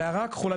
המערה הכחולה,